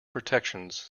protections